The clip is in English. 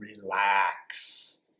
relax